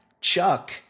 Chuck